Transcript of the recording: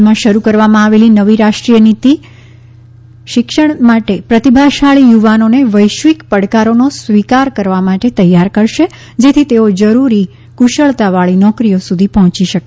હાલમાં શરૂ કરવામાં આવેલી નવી રાષ્ટ્રીય શિક્ષણ નીતી પ્રતિભાશાળી યુવાનોને વૈશ્વિક પડકારોનો સ્વીકાર કરવા માટે તૈયાર કરશે જેથી તેઓ જરૂરી કુશળતાવાળી નોકરીઓ સુધી પહોંચી શકે